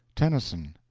tennyson,